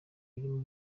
birimo